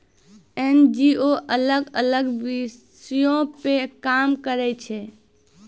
NGO अलग अलग विषयो पे काम करै छै